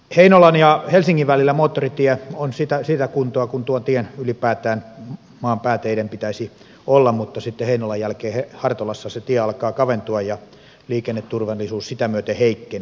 heinolan ja helsingin välillä moottoritie on sitä kuntoa kuin tuon tien ylipäätään maan pääteiden pitäisi olla mutta sitten heinolan jälkeen hartolassa se tie alkaa kaventua ja liikenneturvallisuus sitä myöten heikkenee